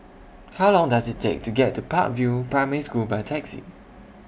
How Long Does IT Take to get to Park View Primary School By Taxi